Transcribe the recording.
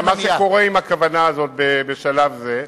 מה שקורה עם הכוונה הזאת בשלב זה.